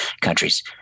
countries